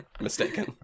mistaken